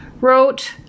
wrote